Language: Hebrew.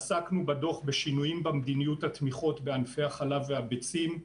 עסקנו בדוח בשינויים במדיניות התמיכות בענפי החלב הביצים.